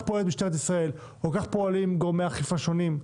פועלת משטרת ישראל או כך פועלים גורמי אכיפה שונים,